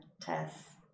Tess